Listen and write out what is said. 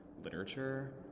literature